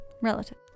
Relative